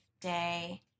day